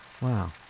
Wow